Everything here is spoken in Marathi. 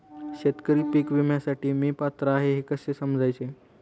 शेतकरी पीक विम्यासाठी मी पात्र आहे हे कसे समजायचे?